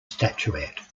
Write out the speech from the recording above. statuette